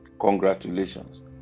Congratulations